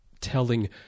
telling